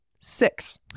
Six